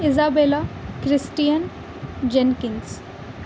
Isabella Christine Jenkins